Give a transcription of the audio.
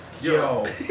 Yo